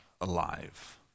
alive